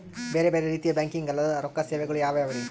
ಬೇರೆ ಬೇರೆ ರೀತಿಯ ಬ್ಯಾಂಕಿಂಗ್ ಅಲ್ಲದ ರೊಕ್ಕ ಸೇವೆಗಳು ಯಾವ್ಯಾವ್ರಿ?